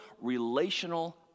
relational